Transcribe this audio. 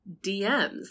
DMs